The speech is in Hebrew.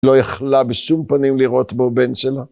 לא יכלה בשום פנים לראות בו בן שלה.